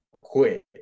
quit